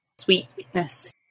sweetness